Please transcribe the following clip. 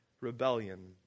rebellion